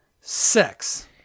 Sex